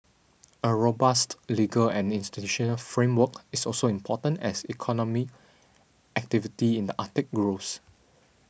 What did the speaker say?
a robust legal and institutional framework is also important as economic activity in the Arctic grows